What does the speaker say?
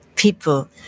People